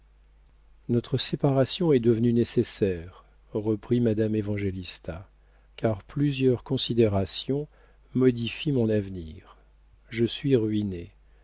notre séparation est devenue nécessaire reprit madame évangélista car plusieurs considérations modifient mon avenir je suis ruinée